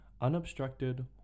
unobstructed